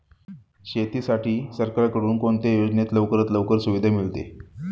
शेतीसाठी सरकारकडून कोणत्या योजनेत लवकरात लवकर सुविधा मिळते?